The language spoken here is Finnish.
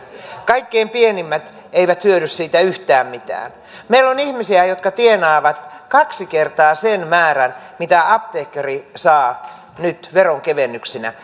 kaikkein pienimmät eivät hyödy siitä yhtään mitään meillä on ihmisiä jotka tienaavat kaksi kertaa sen määrän mitä apteekkari saa nyt veronkevennyksinä